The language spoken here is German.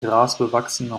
grasbewachsene